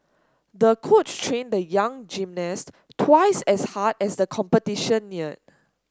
the coach trained the young gymnast twice as hard as the competition neared